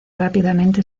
rápidamente